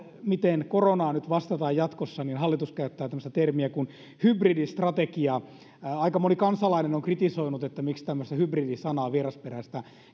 miten koronaan nyt vastataan jatkossa hallitus käyttää tämmöistä termiä kuin hybridistrategia aika moni kansalainen on kritisoinut että miksi tämmöistä vierasperäistä hybridi sanaa